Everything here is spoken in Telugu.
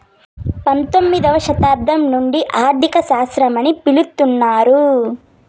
పంతొమ్మిదవ శతాబ్దం నుండి ఆర్థిక శాస్త్రం అని పిలుత్తున్నారు